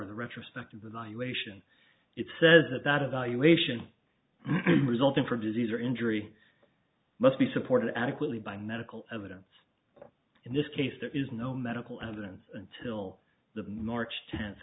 and retrospective annihilation it says that evaluation resulting from disease or injury must be supported adequately by medical evidence in this case there is no medical evidence until the march ten